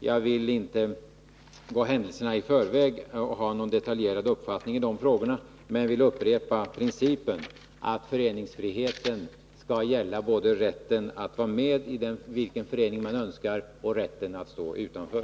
Jag vill inte gå händelserna i förväg och ha någon detaljerad uppfattning i dessa avseenden, men jag vill upprepa att principen är att föreningsfriheten skall gälla både rätten att vara med i vilken förening man önskar och rätten att stå utanför.